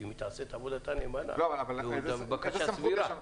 כי היא תעשה את עבודתה נאמנה והבקשה סבירה.